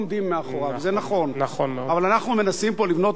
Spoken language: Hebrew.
אבל אנחנו מנסים פה לבנות מציאות אחרת בתוך מדינת ישראל.